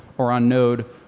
or on node,